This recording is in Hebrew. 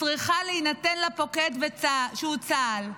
צריכה להינתן לפוקד שהוא צה"ל,